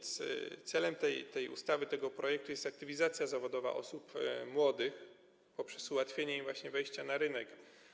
Celem tej ustawy, tego projektu jest aktywizacja zawodowa osób młodych poprzez ułatwienie im właśnie wejścia na rynek.